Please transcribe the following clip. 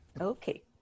Okay